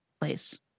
place